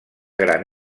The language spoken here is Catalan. gran